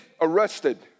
arrested